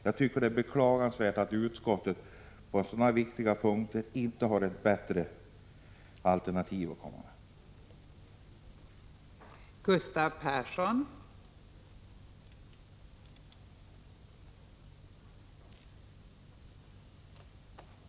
Jag tycker att det är beklagligt att utskottet på så viktiga punkter inte har ett bättre alternativ att komma med.